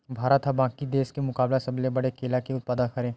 भारत हा बाकि देस के मुकाबला सबले बड़े केला के उत्पादक हरे